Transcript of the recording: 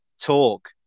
talk